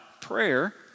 prayer